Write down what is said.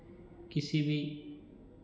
किसी भी